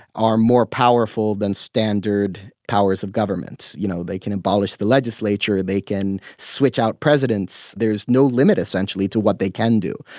are more powerful than standard powers of government. you know, they can abolish the legislature, they can switch out presidents. there is no limit essentially to what they can do.